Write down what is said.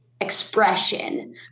expression